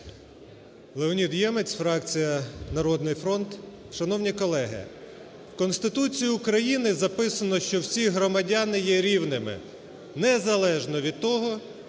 Леонід Ємець, фракція "Народний фронт". Шановні колеги, в Конституції України записано, що всі громадяни є рівними незалежно від того,